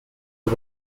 der